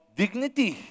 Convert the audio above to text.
dignity